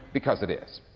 because it is,